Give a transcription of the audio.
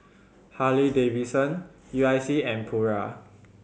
Harley Davidson U I C and Pura